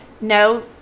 No